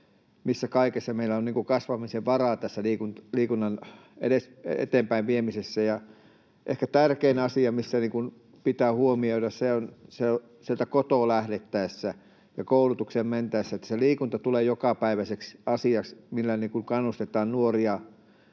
missä kaikessa meillä on kasvamisen varaa tässä liikunnan eteenpäin viemisessä. Ehkä tärkein asia, mikä pitää huomioida sieltä kotoa lähdettäessä ja koulutukseen mentäessä, on se, että liikunta tulee jokapäiväiseksi asiaksi, ja se, miten kannustetaan nuoria